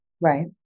Right